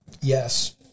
yes